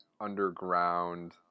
underground